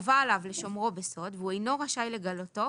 חובה עליו לשומרו בסוד והוא אינו רשאי לגלותו